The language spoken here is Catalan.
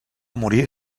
morir